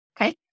Okay